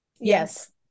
Yes